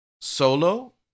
Solo